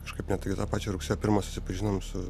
kažkaip netgi tą pačią rugsėjo pirmą susipažinom su